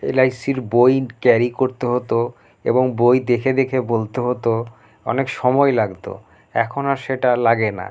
এলআইসির বই ক্যারি করতে হতো এবং বই দেখে দেখে বলতে হতো অনেক সময় লাগতো এখন আর সেটা লাগে না